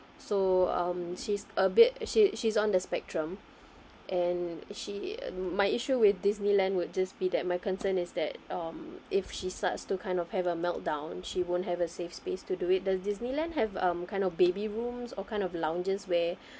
so um she's a bit she's she's on the spectrum and she my issue with disneyland would just be that my concern is that um if she starts to kind of have a meltdown she won't have a safe space to do it does disneyland have um kind of baby rooms or kind of lounges where